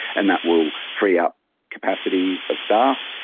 and that will free up capacity of staff,